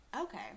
okay